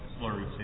slurry